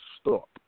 stop